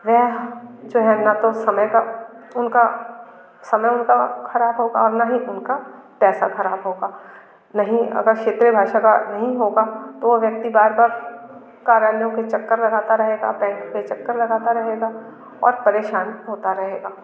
वे जो है ना तो समय का उनका समय उनका ख़राब होगा और ना ही उनका पैसा ख़राब होगा नहीं अगर क्षेत्रीय भाषा का नहीं होगा तो वो व्यक्ति बार बार कार्यालयों का चक्कर लगाता रहेगा बैंक के चक्कर लगाता रहेगा और परेशान होता रहेगा